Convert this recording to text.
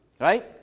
right